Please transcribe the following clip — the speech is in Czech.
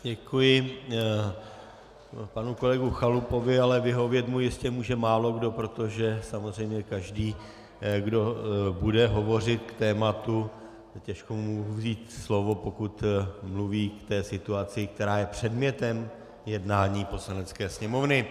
Děkuji panu kolegovi Chalupovi, ale vyhovět mu jistě může málokdo, protože samozřejmě každý, kdo bude hovořit k tématu, těžko mu mohu vzít slovo, pokud mluví k té situaci, která je předmětem jednání Poslanecké sněmovny.